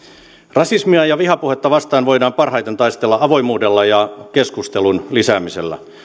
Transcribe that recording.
rasismia ja vihapuhetta vastaan voidaan parhaiten taistella avoimuudella ja keskustelun lisäämisellä